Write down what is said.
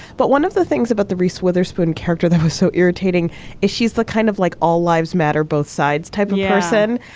but one of the things about the reese witherspoon character that was so irritating is she's the kind of like all lives matter, both sides type of person.